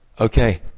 Okay